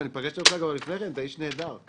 ואני חושב שכמו בדיונים אחרים של ועדות כנסת,